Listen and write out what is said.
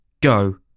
Go